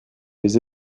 les